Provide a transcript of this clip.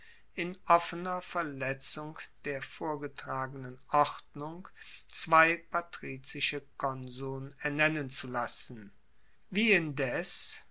in offener verletzung der vorgetragenen ordnung zwei patrizische konsuln ernennen zu lassen wie indes